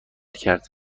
کرد